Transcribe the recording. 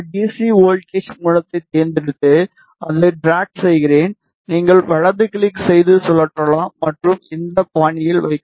C voltage மூலத்தைத் தேர்ந்தெடுத்து அதை ட்ராக் செய்கிறேன் நீங்கள் வலது கிளிக் செய்து சுழற்றலாம் மற்றும் இந்த பாணியில் வைக்கலாம்